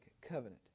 covenant